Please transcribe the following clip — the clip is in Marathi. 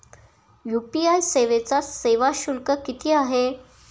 यू.पी.आय सेवेचा सेवा शुल्क किती आहे?